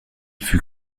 fut